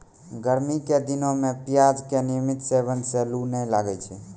गर्मी के दिनों मॅ प्याज के नियमित सेवन सॅ लू नाय लागै छै